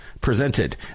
presented